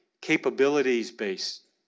capabilities-based